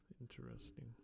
Interesting